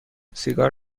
سیگار